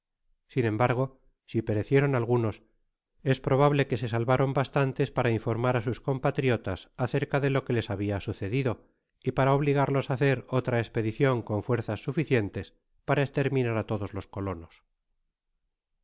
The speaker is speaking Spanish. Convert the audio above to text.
sin embargo si perecieron algunos es probable que se salvaron bastantes para informar á sus compatriotas acerca de lo que les habia sucedido y para obligarlos á hacer otra espedicion con fuerzas suficientes para esterminar á todos los colonos